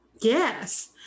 Yes